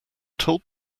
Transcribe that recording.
told